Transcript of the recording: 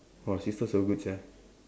!wah! sister so good sia